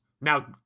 Now